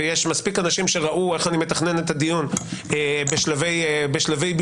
ויש מספיק אנשים שראו איך אני מתכנן את הדיון בשלבי בישולו,